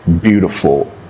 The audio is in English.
beautiful